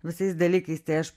visais dalykais tai aš